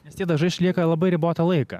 nes tie dažai išlieka labai ribotą laiką